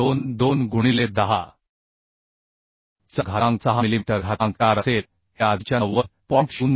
22 गुणिले 10 चा घातांक 6 मिलीमीटर घातांक 4 असेल हे आधीच्या 90